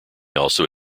also